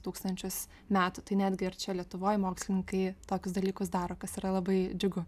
tūkstančius metų tai netgi ir čia lietuvoj mokslininkai tokius dalykus daro kas yra labai džiugu